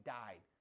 died